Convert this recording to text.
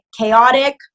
chaotic